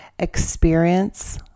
experience